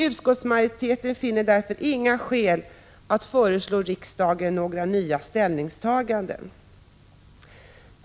Utskottsmajoriteten finner därför inga skäl att föreslå riksdagen att göra några nya ställningstaganden.